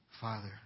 Father